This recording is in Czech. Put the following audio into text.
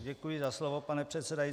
Děkuji za slovo, pane předsedající.